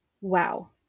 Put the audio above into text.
wow